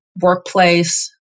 workplace